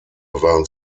waren